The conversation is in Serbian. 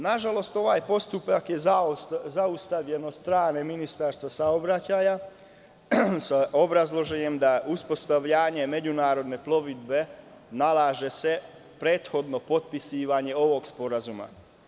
Nažalost, ovaj postupak je zaustavljen od strane Ministarstva saobraćaja sa obrazloženjem da uspostavljanje međunarodne plovidbe nalaže prethodno potpisivanje ovog sporazuma.